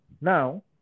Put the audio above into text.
Now